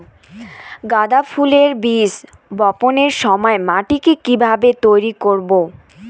গাদা ফুলের বীজ বপনের সময় মাটিকে কিভাবে তৈরি করব?